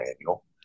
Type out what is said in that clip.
manual